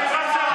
עבדת על החיילים.